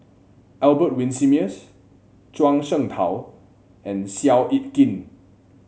Albert Winsemius Zhuang Shengtao and Seow Yit Kin